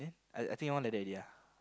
I I think your one like that already ah